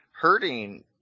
hurting